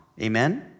Amen